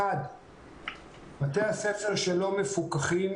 1. בתי הספר שלא מפוקחים